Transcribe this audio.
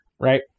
Right